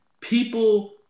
people